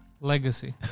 Legacy